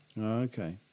Okay